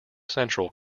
central